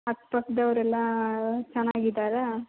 ಅಕ್ಕಪಕ್ದವ್ರೆಲ್ಲ ಚೆನ್ನಾಗಿದಾರಾ